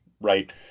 right